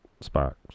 Sparks